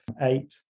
eight